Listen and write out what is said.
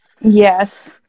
Yes